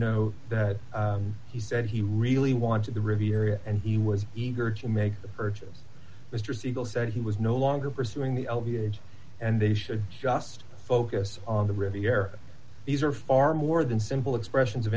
know that he said he really wanted the riviera and he was eager to make the purchase mr siegel said he was no longer pursuing the l b age and they should just focus on the riviera these are far more than simple expressions of